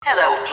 Hello